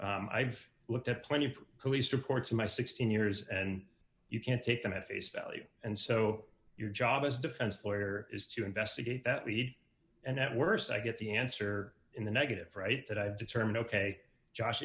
i've looked at plenty of police reports in my sixteen years and you can't take them at face value and so your job as a defense lawyer is to investigate that lead and at worst i get the answer in the negative right that i determine ok josh